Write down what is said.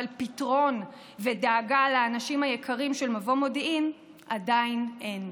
אבל פתרון ודאגה לאנשים היקרים של מבוא מודיעים עדיין אין.